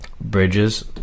Bridges